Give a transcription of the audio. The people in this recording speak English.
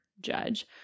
judge